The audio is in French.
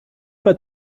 pas